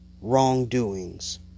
wrongdoings